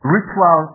Ritual